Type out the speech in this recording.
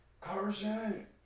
Carson